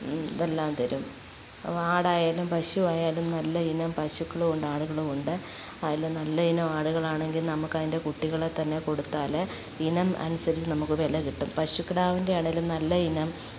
ഇതെല്ലാം തരും ആടായാലും പശുവായാലും നല്ലയിനം പശുക്കളുമുണ്ട് ആടുകളുമുണ്ട് അതിൽ നല്ലയിനം ആടുകളാണെങ്കിൽ നമുക്കതിന്റെ കുട്ടികളെത്തന്നെ കൊടുത്താൽ ഇനം അനുസരിച്ച് നമുക്ക് വില കിട്ടും പശുക്കിടാവിന്റെ ആണെങ്കിൽ നല്ലയിനം